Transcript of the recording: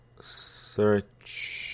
search